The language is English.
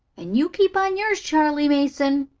and you keep on yours, charley mason!